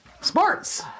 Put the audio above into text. Sports